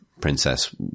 princess